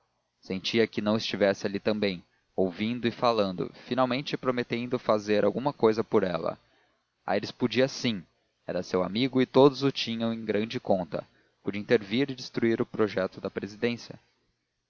sentia que não estivesse ali também ouvindo e falando finalmente prometendo fazer alguma cousa por ela aires podia sim era seu amigo e todos o tinham em grande conta podia intervir e destruir o projeto da presidência